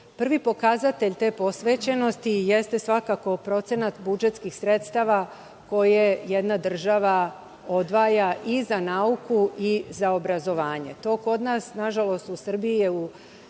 Prvi pokazatelj te posvećenosti jeste svakako procenat budžetskih sredstava koje jedna država odvaja i za nauku i za obrazovanje. To kod nas, nažalost, u Srbiji je u